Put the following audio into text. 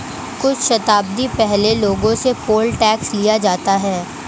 कुछ शताब्दी पहले लोगों से पोल टैक्स लिया जाता था